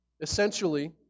Essentially